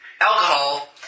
alcohol